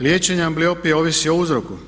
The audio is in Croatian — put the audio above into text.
Liječenje ambliopije ovisi o uzroku.